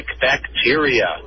bacteria